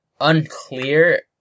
unclear